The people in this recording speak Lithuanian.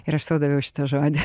ir aš sau daviau šitą žodį